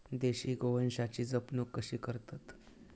देशी गोवंशाची जपणूक कशी करतत?